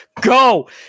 go